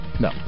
No